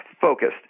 focused